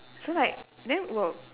so like then work